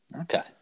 Okay